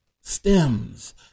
stems